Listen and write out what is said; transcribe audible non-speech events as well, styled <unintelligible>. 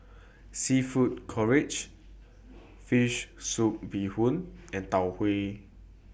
Seafood <unintelligible> Fish Soup Bee Hoon and Tau Huay